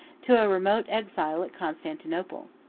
to a remote exile at constantinople.